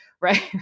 right